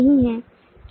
क्यों